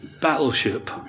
battleship